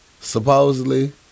Supposedly